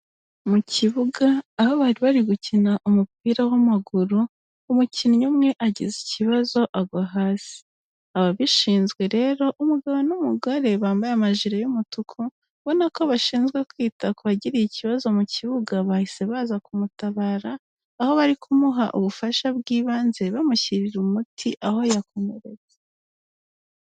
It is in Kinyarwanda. Mu kibuga aho bari bari gukina umupira w'amaguru, umukinnyi umwe agize ikibazo agwa hasi. Ababishinzwe rero umugabo n'umugore bambaye amajire y'umutuku, ubona ko bashinjwa kwita ku bagiriye ikibazo mu kibuga bahise baza kumutabara ,aho bari kumuha ubufasha bw'ibanze bamushyirira umuti aho yakomeretse.